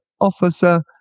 Officer